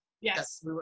yes